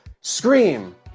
Scream